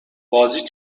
بازی